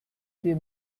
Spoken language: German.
dir